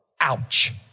Ouch